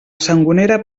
sangonera